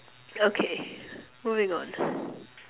okay moving on